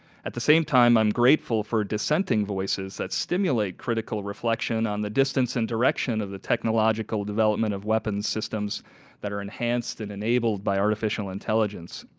at the same time, i'm grateful for dissenting voices that stimulate critical reflection on the distance and direction of technological development of weapons systems that are enhanced and enabled by artificial intelligence.